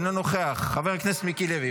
אינו נוכח; חבר הכנסת מיקי לוי,